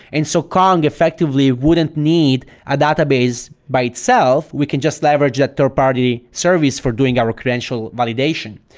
and so kong effectively wouldn't need a database by itself. we can just leverage that third-party service for doing our credential validation.